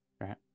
Right